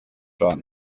rwanda